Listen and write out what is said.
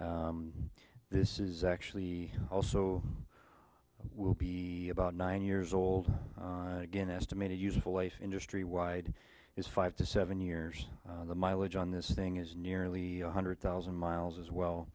this is actually also will be about nine years old again estimated useful life industry wide is five to seven years the mileage on this thing is nearly one hundred thousand miles as well